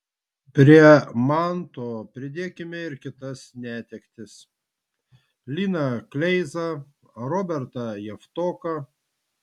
prie manto pridėkime ir kitas netektis liną kleizą robertą javtoką